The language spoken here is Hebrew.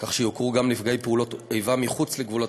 כך שיוכרו גם נפגעי פעולות איבה מחוץ לגבולות